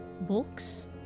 Books